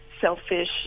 selfish